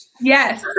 Yes